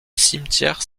cimetière